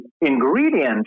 ingredient